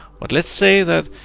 but let's say that,